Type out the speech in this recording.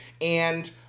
And-